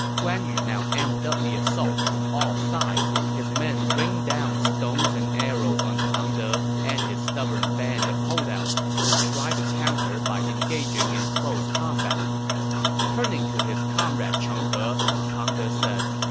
guan yu now amped up the assault from all sides. his men rained down stones and arrows on pang de and his stubborn band of holdouts, who tried to counter by engaging in close combat turning his comrade cheng he, pang de said,